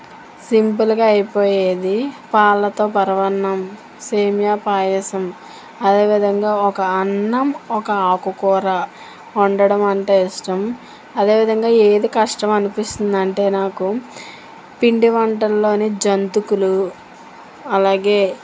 సింపుల్గా అయిపోయేది పాలతో పరమాన్నం సేమియా పాయసం అదేవిధంగా ఒక అన్నం ఒక ఆకు కూర వండడం అంటే ఇష్టం అదేవిధంగా ఏది కష్టం అనిపిస్తుంది అంటే నాకు పిండి వంటల్లోని జంతికలు అలాగే